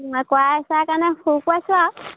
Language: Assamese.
কৰাই চৰাই কাৰণে শুকুৱাইছোঁ আৰু